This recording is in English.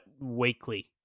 weekly